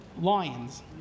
lions